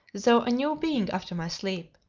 though a new being after my sleep,